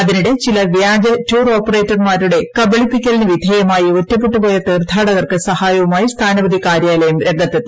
അതിനിടെ ചില വ്യാജ ടൂർ ഓപ്പറേറ്റർമാരുടെ കബളിപ്പിക്കലിന് വിധേയമായി ഒറ്റപ്പെട്ടുപോയ തീർത്ഥാടകർക്ക് സഹായവുമായി സ്ഥാനപതി കാര്യാലയം രംഗത്തെത്തി